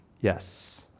Yes